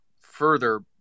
further